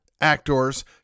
actors